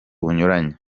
bunyuranye